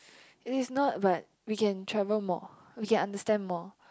it is not but we can travel more we can understand more